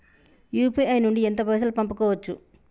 UPI నుండి ఎంత పైసల్ పంపుకోవచ్చు?